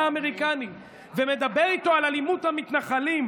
האמריקני ומדבר איתו על אלימות המתנחלים,